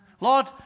Lord